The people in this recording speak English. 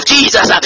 Jesus